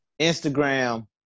instagram